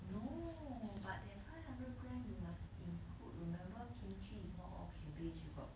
no but that five hundred gram you must include remember kimchi is not all cabbage you got